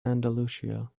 andalusia